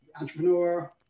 Entrepreneur